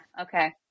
Okay